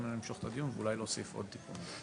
ממנו למשוך את הדיון ואולי להוסיף עוד תיקון.